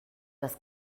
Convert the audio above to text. das